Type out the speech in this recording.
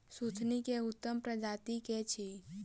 सुथनी केँ उत्तम प्रजाति केँ अछि?